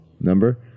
number